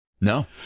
No